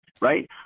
right